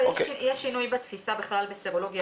יש שינוי בתפיסה בכל בסרולוגיה,